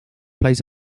plays